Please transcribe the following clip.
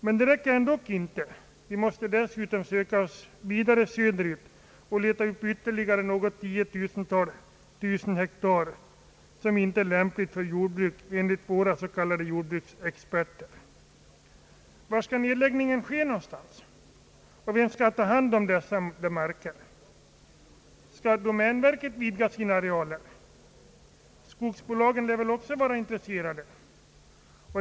Men det räcker ändå inte — vi måste söka oss vidare söderut och leta upp ytterligare något 10 000-tal hektar som enligt våra s.k. jordbruksexperter inte skulle lämpa sig för jordbruk. Var skall nedläggningen ske, och vem skall ta hand om dessa marker? Skall domänverket vidga sina arealer? Skogsbolagen lär också vara intresserade.